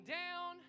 down